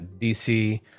DC